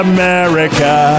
America